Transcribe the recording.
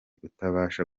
utabasha